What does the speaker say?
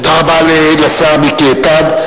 תודה רבה לשר מיקי איתן.